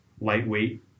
lightweight